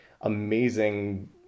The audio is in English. amazing